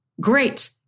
Great